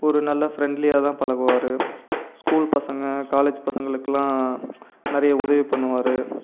ஒரு நல்ல ஃப்ரெண்ட்லியாகதான் பழகுவார் ஸ்கூல் பசங்க காலேஜ் பசங்களுக்குலாம் நிறைய உதவி பண்ணுவார்